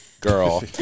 girl